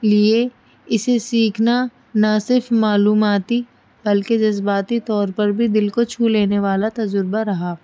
لیے اسے سیکھنا نہ صرف معلوماتی بلکہ جذباتی طور پر بھی دل کو چھو لینے والا تجربہ رہا